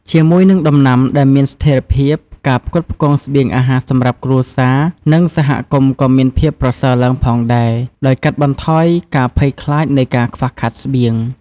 ជាមួយនឹងដំណាំដែលមានស្ថេរភាព ការផ្គត់ផ្គង់ស្បៀងអាហារសម្រាប់គ្រួសារ និងសហគមន៍ក៏មានភាពប្រសើរឡើងផងដែរ ដោយកាត់បន្ថយការភ័យខ្លាចនៃការខ្វះខាតស្បៀង។